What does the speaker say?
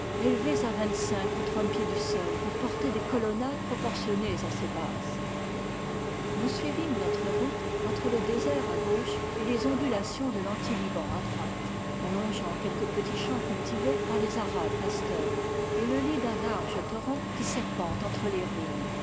élevées à vingt-cinq ou trente pieds du sol pour porter des colonnades proportionnées à ces bases nous suivîmes notre route entre le désert à gauche et les ondulations de lanti liban à droite en longeant quelques petits champs cultivés par les arabes pasteurs et le lit d'un large torrent qui serpente entre les ruines